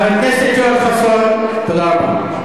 חבר הכנסת יואל חסון, תודה רבה.